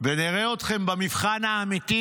ונראה אתכם במבחן האמיתי,